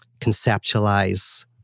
conceptualize